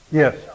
yes